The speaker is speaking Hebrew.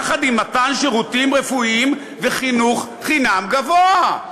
יחד עם מתן שירותים רפואיים וחינוך גבוה חינם.